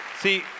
See